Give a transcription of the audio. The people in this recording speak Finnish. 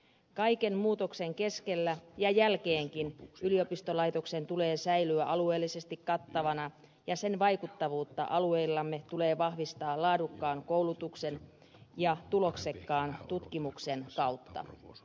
kaiken muutoksen keskellä ja jälkeenkin yliopistolaitoksen tulee säilyä alueellisesti kattavana ja sen vaikuttavuutta alueillamme tulee vahvistaa laadukkaan koulutuksen ja tuloksekkaan tutkimuksen kautta